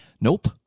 Nope